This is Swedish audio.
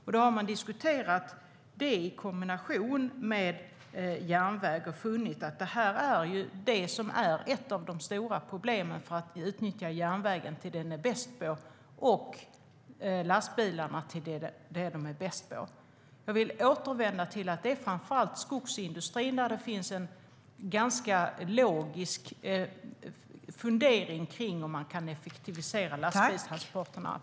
Det har man diskuterat i kombination med järnväg och funnit att det är ett av de stora problemen för att utnyttja järnvägen till det den är bäst på och lastbilarna till det de är bäst på. Jag vill återvända till att det framför allt är skogsindustrin där det finns en ganska logisk fundering kring om man kan effektivisera lastbilstransporterna.